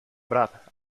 brad